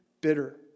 bitter